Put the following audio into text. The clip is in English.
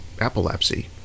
epilepsy